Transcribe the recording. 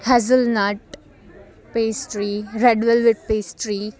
hazelnut pastry red velvet pastry